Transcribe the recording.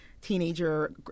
Teenager